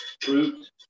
fruit